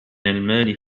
المال